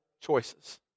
choices